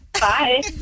Bye